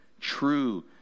true